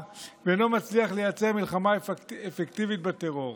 ולא מצליח לייצר מלחמה אפקטיבית בטרור.